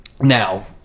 Now